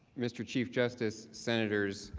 mr. chief justice, senators,